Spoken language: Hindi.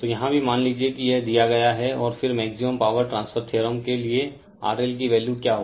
तो यहाँ भी मान लीजिए कि यह दिया गया है और फिर मैक्सिमम पावर ट्रांसफर थ्योरम के लिए RL की वैल्यू क्या होगी